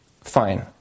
Fine